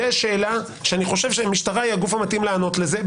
זו שאלה שאני חושב שהמשטרה היא הגוף המתאים לענות על זה,